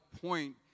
point